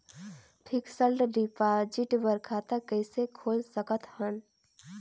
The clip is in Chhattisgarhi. फिक्स्ड डिपॉजिट बर खाता कइसे खोल सकत हन?